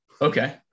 Okay